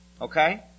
okay